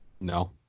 No